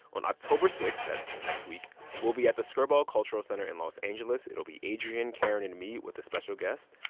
on october six that's next week we'll be at the skirball cultural center in los angeles. it'll be adrian, karen and me with a special guest.